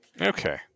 Okay